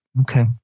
Okay